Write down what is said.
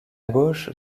gauche